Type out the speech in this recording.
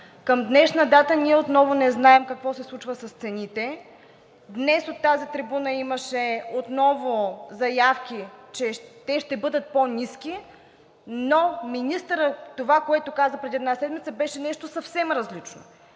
Към днешна дата ние отново не знаем какво се случва с цените. Днес от тази трибуна имаше отново заявки, че те ще бъдат по-ниски, но министърът това, което каза преди една седмица, беше нещо съвсем различно.